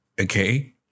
Okay